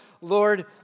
Lord